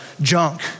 junk